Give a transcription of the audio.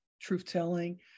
truth-telling